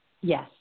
Yes